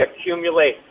accumulate